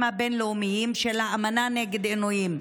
הבין-לאומיים של האמנה נגד עינויים,